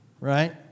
right